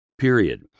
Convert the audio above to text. period